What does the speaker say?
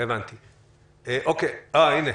לא חינוך,